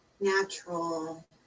Natural